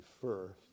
first